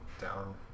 down